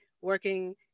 working